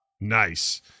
Nice